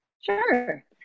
Sure